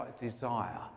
desire